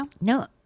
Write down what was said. No